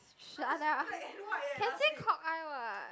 shut up can say cock eye what